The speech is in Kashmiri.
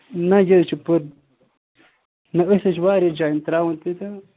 نہَ یہِ حظ چھِ پٔر نہَ أسۍ حظ چھِ واریاہ جایَن ترٛاوُن تیٖتیاہ